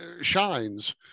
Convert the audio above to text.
shines